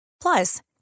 Plus